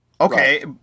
Okay